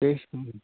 तेषाम्